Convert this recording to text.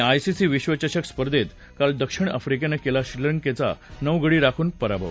ICC विश्वचषक स्पर्धेत काल दक्षिण अफ्रिकेनं केला श्रीलंकेचा नऊ गडी राखून पराभव